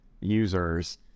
users